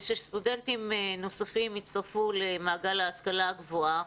ושסטודנטים נוספים יצטרפו למעגל ההשכלה הגבוהה.